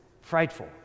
frightful